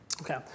Okay